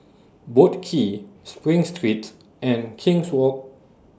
Boat Quay SPRING Streets and King's Walk